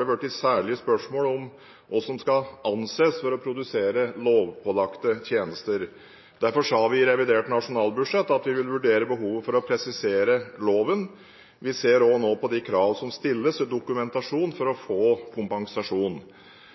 oppstått særlige spørsmål om hva som skal til for at disse anses for å produsere lovpålagte tjenester. Derfor sa vi i revidert nasjonalbudsjett at vi vil vurdere behovet for å presisere loven. Vi ser nå også på de krav som stilles til dokumentasjon for å få kompensasjon.